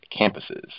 campuses